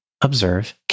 observe